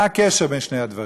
מה הקשר בין שני הדברים?